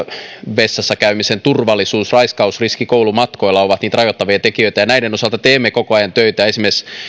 vessassa käymisen turvallisuus ja raiskausriski koulumatkoilla ovat niitä rajoittavia tekijöitä ja näiden osalta teemme koko ajan töitä esimerkiksi